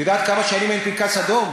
את יודעת כמה שנים אין פנקס אדום?